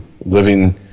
living